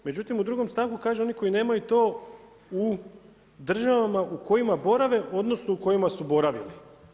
Međutim, u drugom stavku kaže, oni koji nemaju to u državama u kojima borave, odnosno, u kojima su boravili.